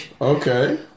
Okay